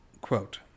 Quote